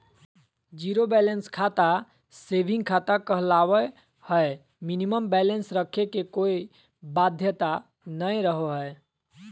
zero balance खाता saving खाता कहलावय हय मिनिमम बैलेंस रखे के कोय बाध्यता नय रहो हय